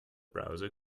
browser